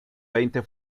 veinte